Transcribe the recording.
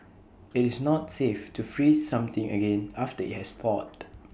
IT is not safe to freeze something again after IT has thawed